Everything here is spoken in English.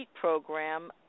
program